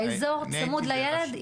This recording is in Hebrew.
באזור צמוד לילד,